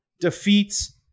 defeats